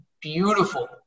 beautiful